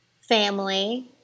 Family